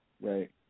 Right